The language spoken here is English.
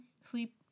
sleep